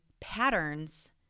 patterns